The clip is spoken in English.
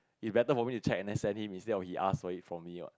it's better for me to check and then send him instead of he ask for it from me what